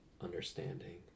understanding